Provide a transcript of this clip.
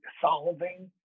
solving